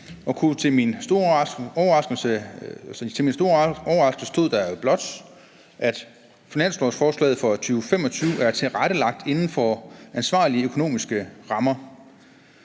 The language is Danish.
til min store overraskelse stod der jo blot, at finanslovsforslaget for 2025 er tilrettelagt inden for ansvarlige økonomiske rammer.